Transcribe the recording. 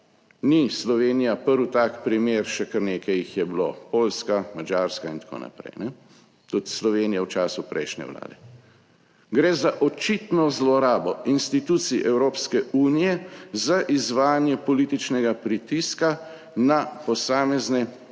Ni Slovenija prvi tak primer, še kar nekaj jih je bilo, Poljska, Madžarska in tako naprej, tudi Slovenija v času prejšnje vlade. Gre za očitno zlorabo institucij Evropske unije za izvajanje političnega pritiska na posamezne